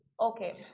Okay